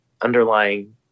underlying